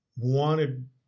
wanted